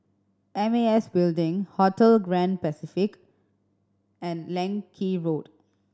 M A S Building Hotel Grand Pacific and Leng Kee Road